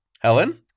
Helen